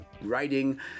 writing